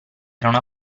erano